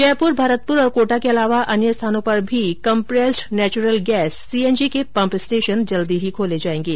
जयपुर भरतपुर और कोटा के अलावा अन्य स्थानों पर भी कंप्रेसड नैचुरल गैस सीएनजी के पंप स्टेशन जल्दी ही खोले जायेंगे